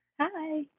Hi